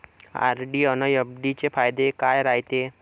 RD अन FD चे फायदे काय रायते?